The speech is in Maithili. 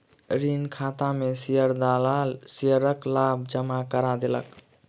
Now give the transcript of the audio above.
ऋण खाता में शेयर दलाल शेयरक लाभ जमा करा देलक